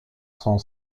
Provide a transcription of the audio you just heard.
son